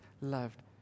loved